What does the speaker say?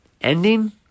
ending